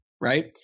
right